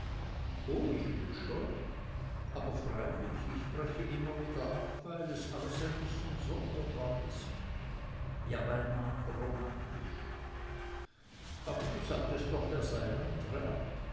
oh ich will schon aber freilich ich breche immer wieder ab weil es alles ein bißchen sonderbar ist ja beinah romantisch aber du sagtest doch er sei